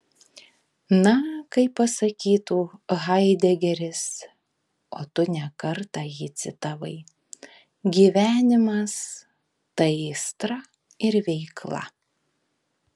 na kaip pasakytų haidegeris o tu ne kartą jį citavai gyvenimas tai aistra ir veikla